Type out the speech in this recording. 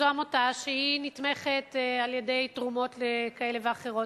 זו עמותה שנתמכת על-ידי תרומות כאלה ואחרות.